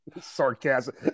Sarcasm